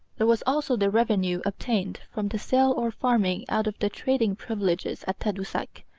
there was also the revenue obtained from the sale or farming out of the trading privileges at tadoussac,